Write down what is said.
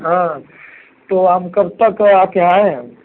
हाँ तो आप कब तक आप के यहाँ आए हम